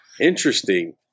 interesting